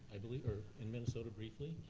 i believe, or in minnesota briefly.